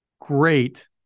great –